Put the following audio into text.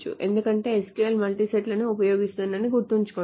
ఎందుకంటే SQL multi సెట్లను ఉపయోగిస్తుందని గుర్తుంచుకోండి